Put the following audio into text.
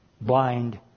Blind